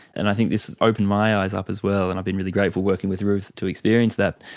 and i think this opened my eyes up as well, and i've been really grateful working with ruth to experience that.